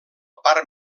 part